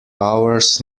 hours